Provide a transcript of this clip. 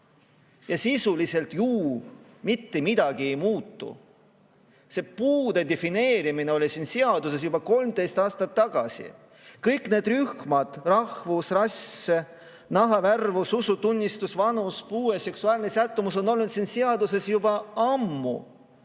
ja sisuliselt ju mitte midagi ei muutu. Puude defineerimine oli siin seaduses juba 13 aastat tagasi. Kõik need rühmad – rahvus, rass, nahavärvus, usutunnistus, vanus, puue, seksuaalne sättumus – on olnud siin seaduses juba ammu.